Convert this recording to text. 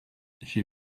j’ai